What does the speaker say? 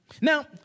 Now